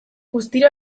guztira